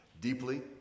deeply